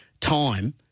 time